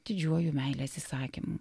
didžiuoju meilės įsakymu